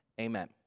amen